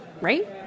right